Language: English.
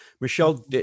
Michelle